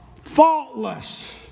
Faultless